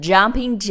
Jumping